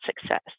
success